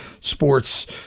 Sports